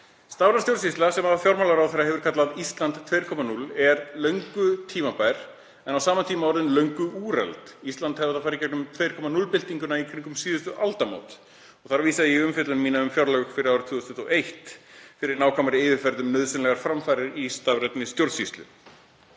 Stafræn stjórnsýsla, sem fjármálaráðherra hefur kallað Ísland 2.0, er löngu tímabær en á sama tíma löngu orðin úrelt. Ísland hefði átt að fara í gegnum 2.0 byltinguna í kringum síðustu aldamót. Ég vísa í umfjöllun mína um fjárlög fyrir árið 2021 fyrir nákvæmari yfirferð yfir nauðsynlegar framfarir í stafrænni stjórnsýslu.